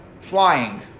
flying